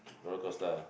roller coaster ah